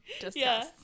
Discuss